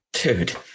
Dude